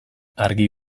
argi